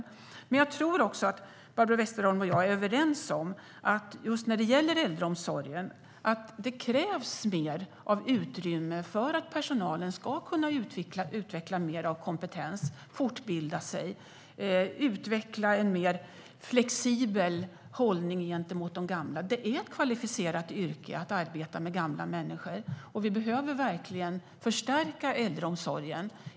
När det gäller just äldreomsorgen tror jag också att Barbro Westerholm och jag är överens om att det krävs mer utrymme för personalen för att kunna utveckla mer kompetens, fortbilda sig och utveckla en mer flexibel hållning gentemot de gamla. Det är ett kvalificerat yrke att arbeta med gamla människor. Vi behöver verkligen förstärka äldreomsorgen.